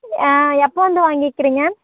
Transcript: ஆ எப்போ வந்து வாங்கிக்குறீங்க